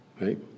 Right